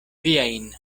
viajn